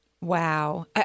Wow